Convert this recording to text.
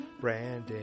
Brandon